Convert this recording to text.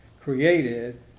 created